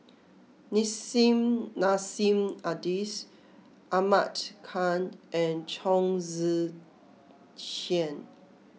Nissim Nassim Adis Ahmad Khan and Chong Tze Chien